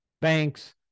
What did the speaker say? Banks